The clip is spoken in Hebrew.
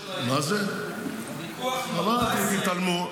--- זה לא של 12 ו-13, זה של הציבור.